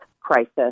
crisis